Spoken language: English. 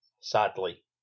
sadly